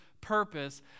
purpose